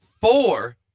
Four